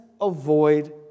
avoid